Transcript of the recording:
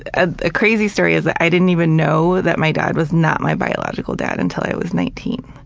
and a crazy story is that i didn't even know that my dad was not my biological dad until i was nineteen.